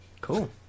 Cool